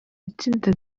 itsinda